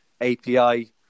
API